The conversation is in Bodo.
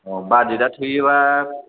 अ बाजेटआ थोयोब्ला